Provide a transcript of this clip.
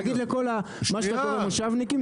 להגיד לכל מה שאתה קורא מושבניקים,